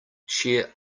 cheer